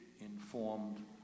informed